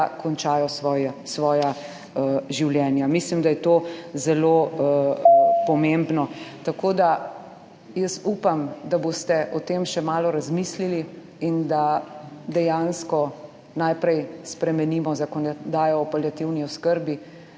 končajo svoja življenja. Mislim, da je to zelo pomembno. Tako da jaz upam, da boste o tem še malo razmislili in da dejansko najprej spremenimo zakonodajo o paliativni oskrbi,